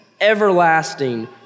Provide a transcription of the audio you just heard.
everlasting